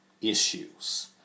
issues